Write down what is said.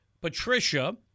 Patricia